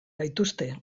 gaituzte